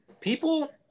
People